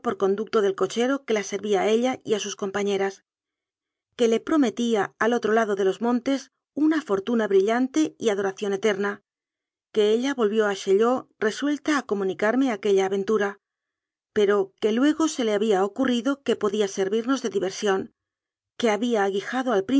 conducto del co chero que la servía a ella y a sus compañeras que le prometía al otro lado de los montes una fortuna brillante y adoración eterna que ella vol vió a chaillot resuelta a comunicarme aquella aventura pero que luego se le había ocurrido que podía servimos de diversión que había aguijado al